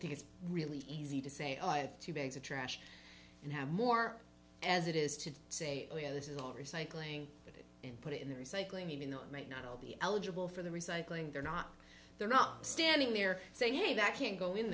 think it's really easy to say i have two bags of trash and have more as it is to say this is all recycling and put it in the recycling even though it might not all be eligible for the recycling they're not they're not standing there saying hey that can go in